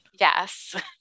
Yes